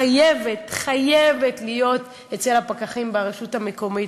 חייב להיות אצל הפקחים ברשות המקומית,